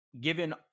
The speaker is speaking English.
given